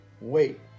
Wait